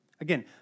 Again